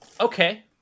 okay